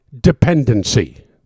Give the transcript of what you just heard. dependency